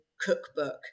cookbook